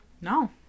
No